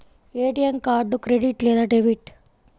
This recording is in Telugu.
ఏ.టీ.ఎం కార్డు క్రెడిట్ లేదా డెబిట్?